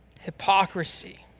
Hypocrisy